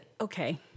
okay